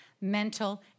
mental